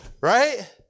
right